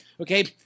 okay